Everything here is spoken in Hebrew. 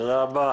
תודה רבה,